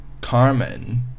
Carmen